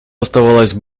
оставалось